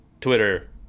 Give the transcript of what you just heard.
Twitter